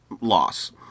loss